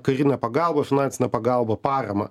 karinę pagalbą finansinę pagalbą paramą